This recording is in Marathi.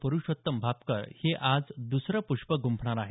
पुरूषोत्तम भापकर हे आज द्सरं पुष्प गुंफणार आहेत